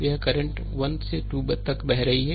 तो यह करंट 1 से 2 तक बह रही है